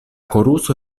koruso